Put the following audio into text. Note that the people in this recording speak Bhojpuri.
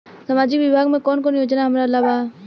सामाजिक विभाग मे कौन कौन योजना हमरा ला बा?